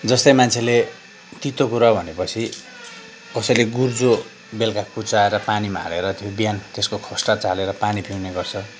जस्तै मान्छेले तितो कुरा भनेपछि कसैले गुर्जो बेलुका कुच्चाएर पानीमा हालेर त्यो बिहान त्यसको खोस्टा चालेर पानी पिउने गर्छ